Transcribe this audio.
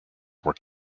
were